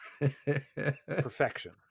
perfection